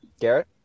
Garrett